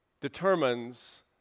determines